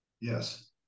yes